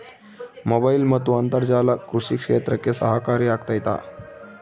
Mobile ಮತ್ತು ಅಂತರ್ಜಾಲ ಕೃಷಿ ಕ್ಷೇತ್ರಕ್ಕೆ ಸಹಕಾರಿ ಆಗ್ತೈತಾ?